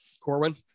Corwin